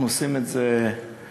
אנחנו עושים את זה בתיאום,